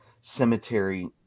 cemetery